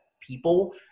people